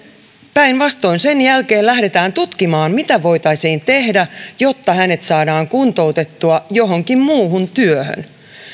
päinvastoin sen jälkeen lähdetään tutkimaan mitä voitaisiin tehdä jotta hänet saadaan kuntoutettua johonkin muuhun työhön